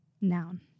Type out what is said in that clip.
noun